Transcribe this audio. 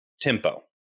tempo